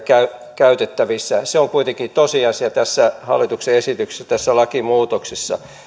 käytettävissä se on kuitenkin tosiasia tässä hallituksen esityksessä tässä lakimuutoksessa